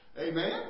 Amen